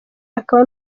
akaba